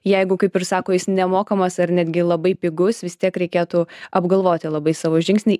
jeigu kaip ir sako jis nemokamas ar netgi labai pigus vis tiek reikėtų apgalvoti labai savo žingsnį